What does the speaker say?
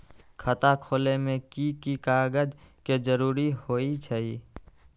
खाता खोले में कि की कागज के जरूरी होई छइ?